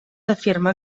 afirma